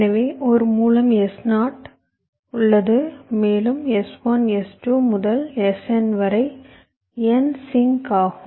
எனவே ஒரு மூலம் S0 உள்ளது மேலும் S1 S2 முதல் Sn வரை n சிங்க் ஆகும்